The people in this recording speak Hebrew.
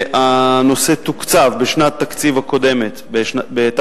הנושא תוקצב בתש"ע,